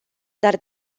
dar